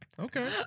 Okay